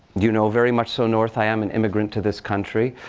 you know very much so north. i am an immigrant to this country.